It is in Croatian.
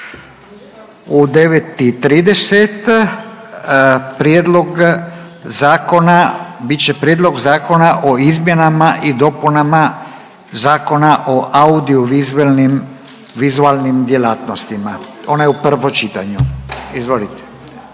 u 9,30 prijedlog zakona, bit će Prijedlog zakona o izmjenama i dopunama Zakona o audio vizualnim djelatnostima. Ona je u prvom čitanju. Hvala